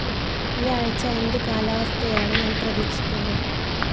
ഈ ആഴ്ച എന്ത് കാലാവസ്ഥയാണ് ഞാൻ പ്രതീക്ഷിക്കേണ്ടത്